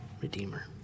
Redeemer